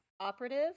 operative